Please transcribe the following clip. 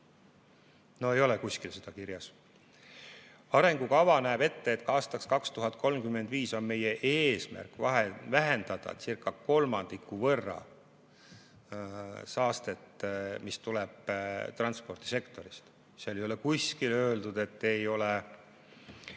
no ei ole kuskil seda kirjas. Arengukava näeb ette, et aastaks 2035 on meie eesmärk vähendada umbes kolmandiku võrra saastet, mis tuleb transpordisektorist. Seal ei ole kuskil öeldud, et Eestis